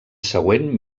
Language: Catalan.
següent